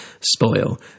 spoil